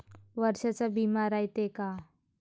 वर्षाचा बिमा रायते का?